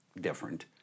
different